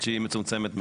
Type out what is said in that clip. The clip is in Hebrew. שהיא מצומצמת מאוד.